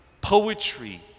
poetry